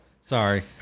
sorry